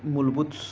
मूलभूत सु